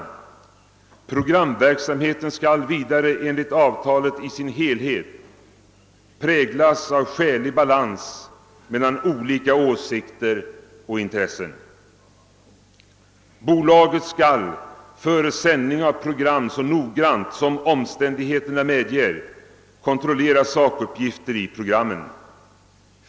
Programverksamheten skall vidare enligt avtalet i sin helhet präglas av skälig balans mellan olika åsikter och intressen. Bolaget skall före sändning av program så noggrant som omständigheterna medger kontrollera sakuppgifter i programmen.